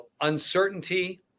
uncertainty